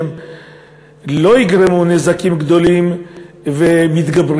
שלא ייגרמו נזקים גדולים ומתגברים,